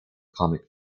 comics